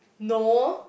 no